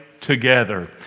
together